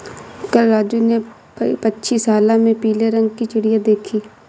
कल राजू ने पक्षीशाला में पीले रंग की चिड़िया देखी